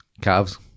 calves